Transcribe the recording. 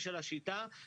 בסוף הכנס הקודם,